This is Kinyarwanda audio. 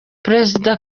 perezida